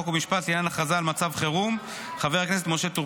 חוק ומשפט לעניין הכרזה על מצב חירום: חבר הכנסת משה טור